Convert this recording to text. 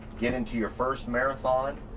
get into your first marathon.